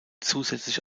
zusätzlich